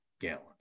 gallons